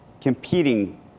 competing